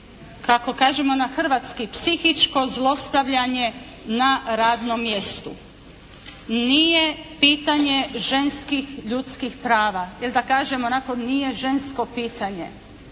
kako kažemo na hrvatski psihičko zlostavljanje na radnom mjestu nije pitanje ženskih ljudskih prava, jer da kažemo tako nije žensko pitanje.